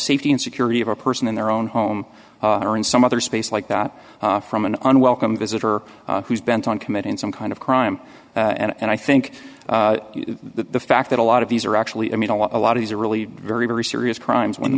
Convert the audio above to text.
safety and security of a person in their own home or in some other space like that from an unwelcome visitor who is bent on committing some kind of crime and i think the fact that a lot of these are actually i mean a lot a lot of these are really very very serious crimes when